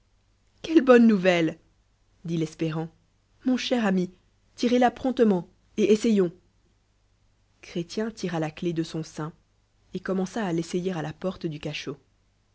quelle bonne nouvelle dit l'espérant mon cher ami tirez la prompccment et esde a pronessc elle ouvre toutes les portesdu château du doute chrétien tira la clef de son sein et commença à l'essayer à la porte du cachot